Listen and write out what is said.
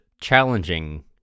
challenging